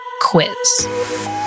quiz